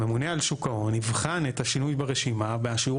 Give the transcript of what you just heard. הממונה על שוק ההון יבחן את השינוי ברשימה בשיעור